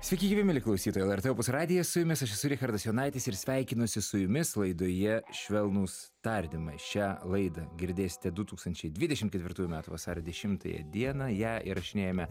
sveiki gyvi mieli klausytojai lrt opus radijas su jumis aš esu richardas jonaitis ir sveikinuosi su jumis laidoje švelnūs tardymai šią laidą girdėsite du tūkstančiai dvidešim ketvirtųjų metų vasario dešimtąją dieną ją įrašinėjome